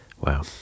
Wow